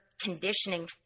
conditioning